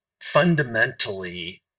fundamentally